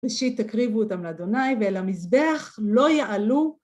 ראשית, תקריבו אותם לאדוני ולמזבח, לא יעלו.